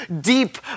deep